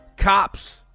cops